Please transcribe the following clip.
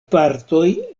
partoj